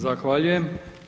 Zahvaljujem.